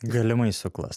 galimai suklas